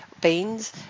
beans